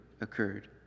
occurred